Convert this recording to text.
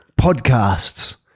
podcasts